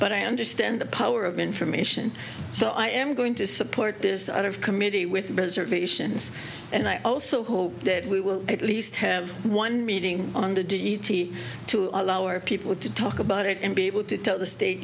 but i understand the power of information so i am going to support this out of committee with reservations and i also hope that we will at least have one meeting on the d t to allow our people to talk about it and be able to tell the state